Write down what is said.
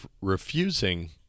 refusing